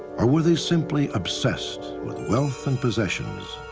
or were they simply obsessed with wealth and possessions,